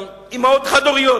אמהות חד-הוריות.